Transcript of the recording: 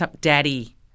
daddy